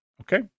Okay